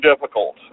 difficult